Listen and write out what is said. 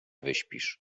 wyśpisz